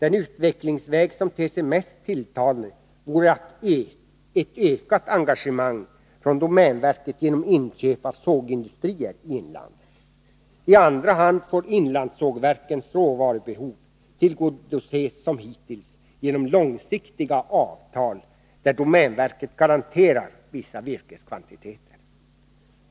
Den utvecklingsväg som ter sig mest tilltalande är ett ökat engagemang från domänverket genom inköp av sågindustrier i inlandet. I andra hand får inlandssågverkens råvarubehov tillgodoses som hittills genom långsiktiga avtal, där domänverket garanterar vissa virkeskvantiteter.